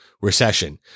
recession